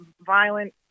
violent